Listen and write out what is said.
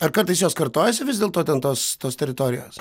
ar kartais jos kartojasi vis dėl to ten tos tos teritorijos